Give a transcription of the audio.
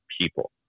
people